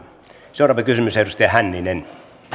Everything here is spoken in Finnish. seuraava kysymys edustaja hänninen arvoisa